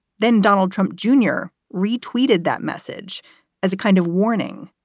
then donald trump junior retweeted that message as a kind of warning.